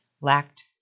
lacked